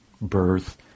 birth